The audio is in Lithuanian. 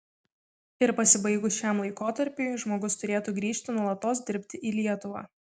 ir pasibaigus šiam laikotarpiui žmogus turėtų grįžti nuolatos dirbti į lietuvą